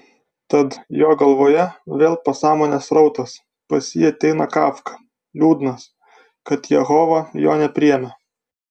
tad jo galvoje vėl pasąmonės srautas pas jį ateina kafka liūdnas kad jehova jo nepriėmė